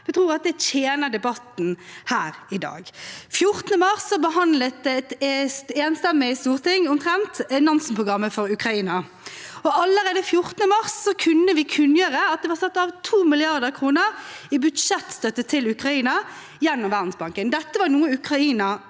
jeg tror det tjener debatten her i dag. Den 14. mars behandlet et omtrent enstemmig storting Nansen-programmet for Ukraina. Allerede 14. mars kunne vi kunngjøre at det var satt av 2 mrd. kr i budsjettstøtte til Ukraina gjennom Verdensbanken. Dette var noe Ukraina